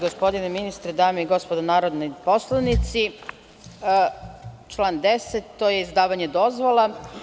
Gospodine ministre, dame i gospodo narodni poslanici, član 10. se odnosi na izdavanje dozvola.